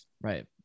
right